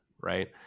right